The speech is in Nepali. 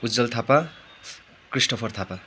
उज्ज्वल थापा क्रिस्टोफर थापा